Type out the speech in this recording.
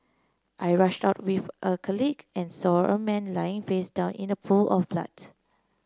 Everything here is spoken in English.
I rushed out with a colleague and saw a man lying face down in a pool of blood